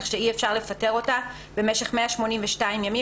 כך שאי אפשר לפטר אותה במשך 182 ימים